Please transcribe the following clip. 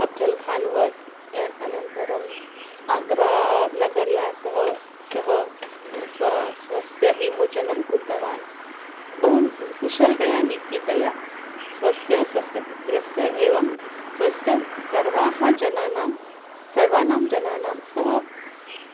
तस्य अब्जल् खान्वत् य अनन्तरम् आग्रानगर्यातः सः स्वं स्वस्य विमोचनं कृतवान् बहून् कुशलतया नीतितया स्वस्य स्वस्य पुत्रस्य एवं स्वस्य सर्वान् जनानां सर्वानां जनानां सह